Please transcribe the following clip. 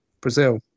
Brazil